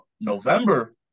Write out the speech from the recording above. November